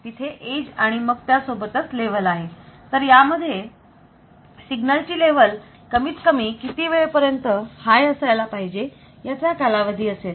तिथे एज आणि मग त्या सोबतच लेव्हल आहे तर यामध्ये सिग्नल ची लेव्हल कमीत कमी किती वेळपर्यंत हाय असायला पाहिजे याचा कालावधी असेल